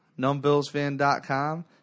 Numbillsfan.com